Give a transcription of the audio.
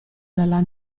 dalla